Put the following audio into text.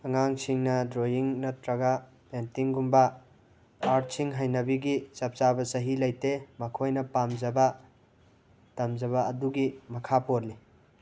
ꯑꯉꯥꯡꯁꯤꯡꯅ ꯗ꯭ꯔꯣꯌꯤꯡ ꯅꯠꯇ꯭ꯔꯒ ꯄꯦꯟꯇꯤꯡꯒꯨꯝꯕ ꯑꯥꯔꯠꯁꯤꯡ ꯍꯩꯅꯕꯤꯒꯤ ꯆꯞ ꯆꯥꯕ ꯆꯍꯤ ꯂꯩꯇꯦ ꯃꯈꯣꯏꯅ ꯄꯥꯝꯖꯕ ꯇꯝꯖꯕ ꯑꯗꯨꯒꯤ ꯃꯈꯥ ꯄꯣꯜꯂꯤ